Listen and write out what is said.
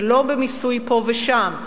ולא במיסוי פה ושם,